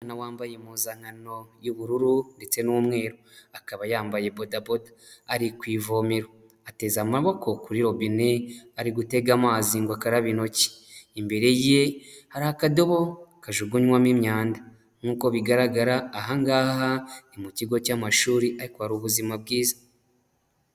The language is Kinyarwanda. Umwana wambaye impuzankano y'ubururu ndetse n'umweru, akaba yambaye bodaboda, ari ku ivomero ateze amaboko kuri robine, ari gutega amazi ngo akarabe intoki, imbere ye hari akadobo kajugunywamo imyanda, nkuko bigaragara ahangaha ni mu kigo cy'amashuri ariko hari ubuzima bwiza.